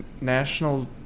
national